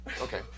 Okay